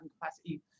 capacity